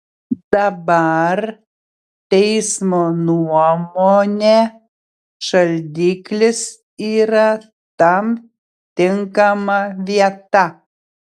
dabar teismo nuomone šaldiklis yra tam tinkama vieta